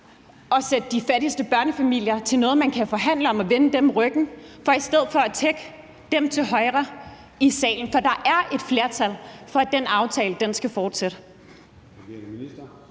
at gøre de fattigste børnefamilier til noget, man kan forhandle om, og vende dem ryggen for i stedet for at tækkes dem til højre i salen. For der er et flertal for, at den aftale skal fortsætte.